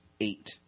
eight